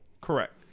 Correct